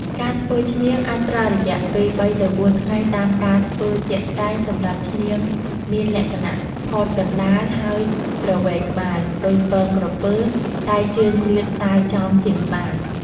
ការធ្វើឈ្នាងអាចប្រើរយៈពេល ៣ទៅ៤ថ្ងៃតាមការធ្វើជាក់ស្តែងសម្រាប់ឈ្នាងមានលក្ខណៈផតកណ្តាល ហើយទ្រវែងក្បាលដូចពងក្រពើតែជើងលាតសាយចំជាងក្បាល។